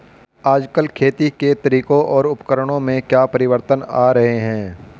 आजकल खेती के तरीकों और उपकरणों में क्या परिवर्तन आ रहें हैं?